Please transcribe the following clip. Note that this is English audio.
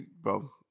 Bro